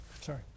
Sorry